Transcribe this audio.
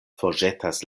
forĵetas